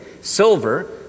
silver